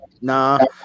nah